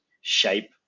shape